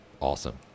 awesome